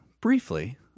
briefly